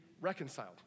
reconciled